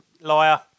liar